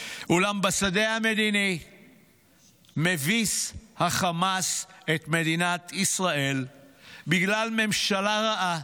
אולם בשדה המדיני מביס חמאס את מדינת ישראל בגלל ממשלה רעה